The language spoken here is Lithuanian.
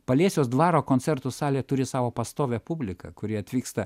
paliesiaus dvaro koncertų salė turi savo pastovią publiką kuri atvyksta